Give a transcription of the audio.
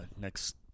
next